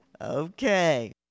Okay